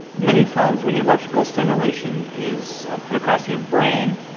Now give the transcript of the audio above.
many times when the electrical stimulation is put across to your brain,